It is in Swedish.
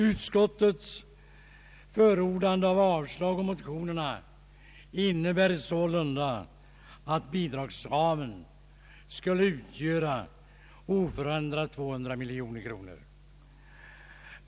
Utskottets förordande av avslag på motionerna innebär sålunda att bidragsramen oförändrat skulle utgöra 200 miljoner kronor.